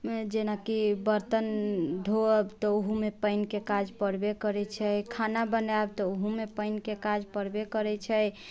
जेनाकि बर्तन धोअब तऽ ओहोमे पानिके काज परबे करैत छै खाना बनायब तऽ ओहोमे पानिके काज परबे करैत छै